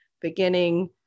beginning